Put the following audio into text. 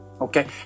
Okay